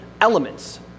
elements